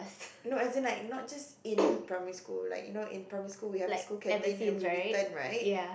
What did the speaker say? no as in like not just in primary school like you know in primary school we have school canteen we have to return right